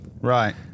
right